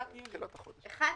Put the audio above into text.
2